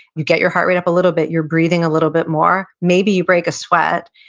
you get your heart rate up a little bit, you're breathing a little bit more, maybe you break a sweat,